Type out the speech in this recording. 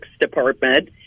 department